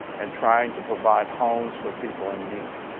and trying to provide homes for people in need.